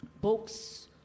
books